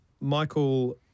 Michael